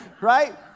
Right